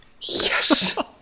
Yes